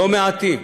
לא מעטים.